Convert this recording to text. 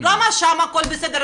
למה שם הכל בסדר?